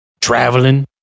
traveling